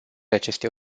aceste